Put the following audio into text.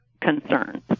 concerns